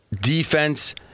defense